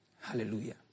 Hallelujah